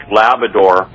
labrador